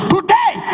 Today